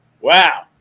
wow